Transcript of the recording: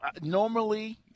normally